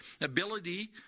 ability